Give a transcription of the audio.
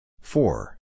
four